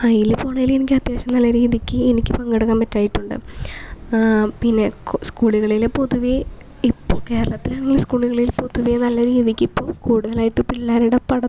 അതിൽ പോണേല് എനിക്ക് അത്യാവശ്യം നല്ല രീതിക്ക് എനിക്ക് പങ്കെടുക്കാന് പറ്റിയിട്ടുണ്ട് പിന്നെ സ്കൂളുകളിൽ പൊതുവേ ഇപ്പം കേരളത്തിലാണെങ്കില് സ്കൂളുകളില് പൊതുവേ നല്ല രീതിക്ക് ഇപ്പോൾ കൂടുതലായിട്ട് പിള്ളേരുടെ പട